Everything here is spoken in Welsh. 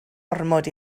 ormod